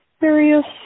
various